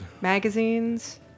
magazines